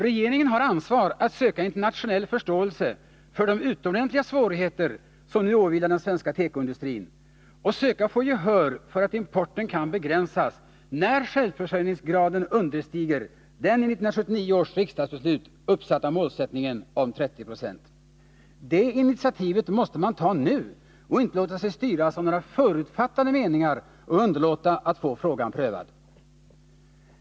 Regeringen har ansvar att söka internationell förståelse för de utomordentliga svårigheter som nu drabbat den svenska tekoindustrin och söka få gehör för att begränsa importen, när självförsörjningsgraden understiger den i 1979 års riksdagsbeslut uppsatta målsättningen om 30 2. Det initiativet måste man ta nu och inte låta sig styras av några förutfattade meningar och underlåta att få frågan prövad.